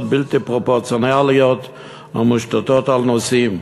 בלתי פרופורציונליים המושתים על נוסעים.